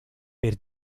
per